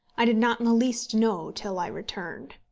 i did not in the least know till i returned.